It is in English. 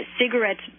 cigarettes